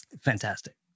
fantastic